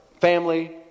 family